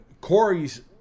Corey's